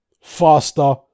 faster